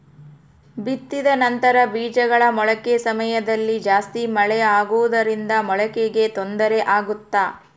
ಬಿತ್ತಿದ ನಂತರ ಬೇಜಗಳ ಮೊಳಕೆ ಸಮಯದಲ್ಲಿ ಜಾಸ್ತಿ ಮಳೆ ಆಗುವುದರಿಂದ ಮೊಳಕೆಗೆ ತೊಂದರೆ ಆಗುತ್ತಾ?